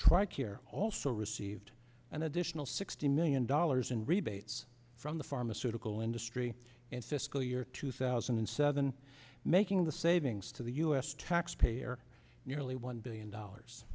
care also received an additional sixty million dollars in rebates from the pharmaceutical industry in fiscal year two thousand and seven making the savings to the u s taxpayer nearly one billion dollars